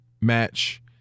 match